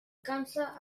cansa